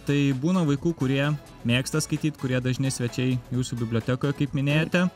tai būna vaikų kurie mėgsta skaityt kurie dažni svečiai jūsų bibliotekoje kaip minėjote